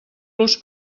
los